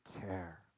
care